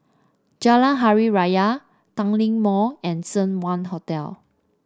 Jalan Hari Raya Tanglin Mall and Seng Wah Hotel